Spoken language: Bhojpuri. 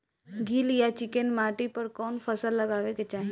गील या चिकन माटी पर कउन फसल लगावे के चाही?